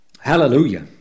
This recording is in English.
Hallelujah